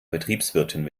betriebswirtin